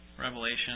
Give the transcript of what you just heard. Revelation